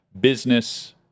business